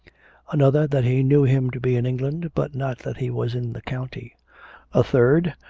another, that he knew him to be in england, but not that he was in the county a third,